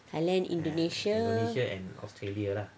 thailand indonesia